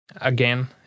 again